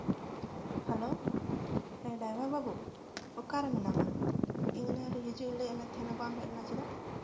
hello ᱦᱮᱸ driver ᱵᱟᱹᱵᱩ ᱚᱠᱟᱨᱮ ᱢᱮᱱᱟᱢᱟ ᱤᱧ ᱮᱱᱟᱱᱨᱮ ᱦᱤᱡᱩᱜ ᱤᱧ ᱞᱟᱹᱭᱟᱫ ᱢᱮ ᱛᱟᱦᱮᱱᱟ ᱵᱟᱢ ᱦᱮᱡ ᱞᱮᱱᱟ ᱪᱮᱫᱟᱜ